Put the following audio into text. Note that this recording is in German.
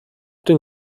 den